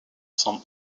some